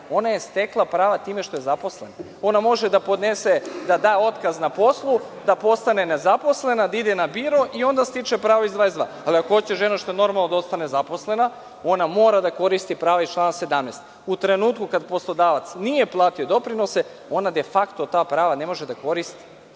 Ona je stekla prava time što je zaposlena. Ona može da da otkaz na poslu, da postane nezaposlena, da ide na biro i onda stiče pravo iz člana 22. Ali, ako hoće žena, što je normalno, da ostane zaposlena, ona mora da koristi prava iz člana 17. U trenutku kad poslodavac nije platio doprinose, ona de fakto ta prava ne može da koristi.